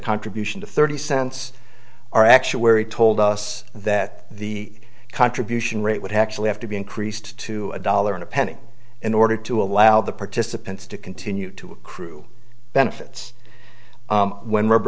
contribution to thirty cents or actuary told us that the contribution rate would have actually have to be increased to a dollar in a penny in order to allow the participants to continue to accrue benefits when